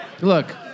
Look